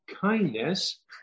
kindness